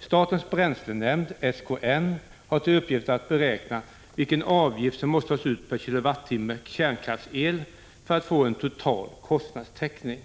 Statens kärnbränslenämnd, SKN, har till uppgift att beräkna vilken avgift som måste tas ut per kilowattimme kärnkraftsel för att få en total kostnadstäckning.